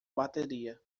bateria